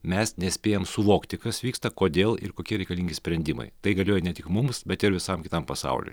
mes nespėjam suvokti kas vyksta kodėl ir kokie reikalingi sprendimai tai galioja ne tik mums bet ir visam kitam pasauliui